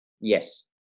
Yes